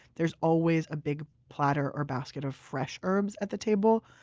there's always a big platter or basket of fresh herbs at the table,